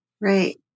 Right